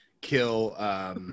kill